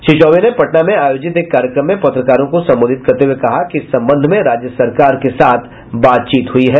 श्री चौबे ने पटना में आयोजित एक कार्यक्रम में पत्रकारों को संबोधित करते हुये कहा कि इस संबंध में राज्य सरकार के साथ बातचीत हुयी है